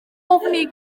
ofni